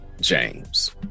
James